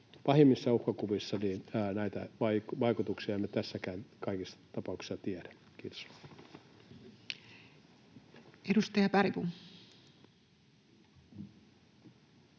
Pahimmissa uhkakuvissa näitä vaikutuksia emme tässäkään kaikissa tapauksissa tiedä. — Kiitos. [Speech 315]